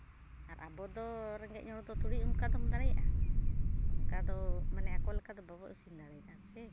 ᱟᱨ ᱟᱵᱚᱫᱚ ᱨᱮᱸᱜᱮᱡ ᱦᱚᱲ ᱫᱚ ᱛᱷᱚᱲᱮ ᱚᱱᱠᱟ ᱫᱚᱢ ᱫᱟᱲᱮᱭᱟᱜᱼᱟ ᱚᱱᱠᱟ ᱫᱚ ᱢᱟᱱᱮ ᱟᱠᱚ ᱞᱮᱠᱟ ᱫᱚ ᱵᱟᱵᱚᱱ ᱤᱥᱤᱱ ᱫᱟᱲᱮᱭᱟᱜᱼᱟ ᱥᱮ